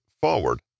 forward